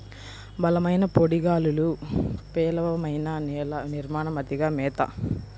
బలమైన పొడి గాలులు, పేలవమైన నేల నిర్మాణం, అతిగా మేత